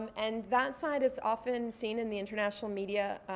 and that side is often seen in the internatonal media,